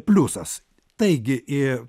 pliusas taigi